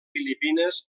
filipines